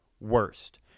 worst